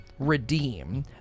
redeem